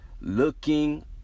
looking